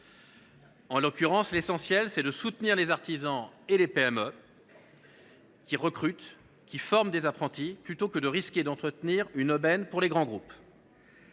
En l’occurrence, l’essentiel est de soutenir les artisans et les PME qui recrutent et forment des apprentis, plutôt que de risquer d’entretenir une aubaine pour les grands groupes.